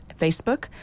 Facebook